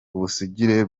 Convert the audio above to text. ubusugire